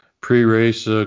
pre-race